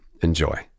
Enjoy